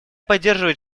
поддерживает